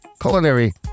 culinary